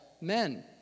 men